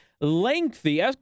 lengthy